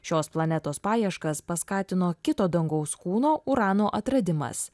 šios planetos paieškas paskatino kito dangaus kūno urano atradimas